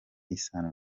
isano